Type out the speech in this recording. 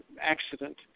accident